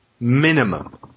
minimum